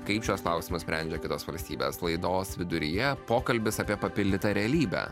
kaip šiuos klausimus sprendžia kitos valstybės laidos viduryje pokalbis apie papildytą realybę